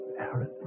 Aaron